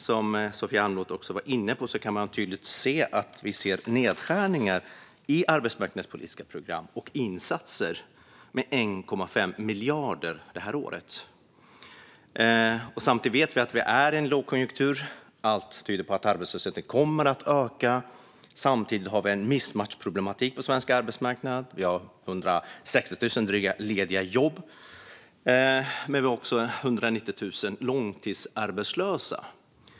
Som Sofia Amloh var inne på kan den som tittar i budgeten tydligt se nedskärningar i arbetsmarknadspolitiska program och insatser med 1,5 miljarder detta år. Vi vet att vi befinner oss i en lågkonjunktur, och allt tyder på att arbetslösheten kommer att öka. Samtidigt har vi en matchningsproblematik på den svenska arbetsmarknaden. Det finns drygt 160 000 lediga jobb men också 190 000 långtidsarbetslösa.